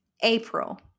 April